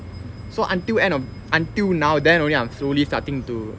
so until end of until now then only I'm slowly starting to